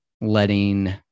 letting